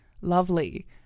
lovely